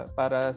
para